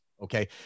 Okay